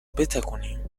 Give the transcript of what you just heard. بتکونیم